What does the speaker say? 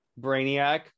Brainiac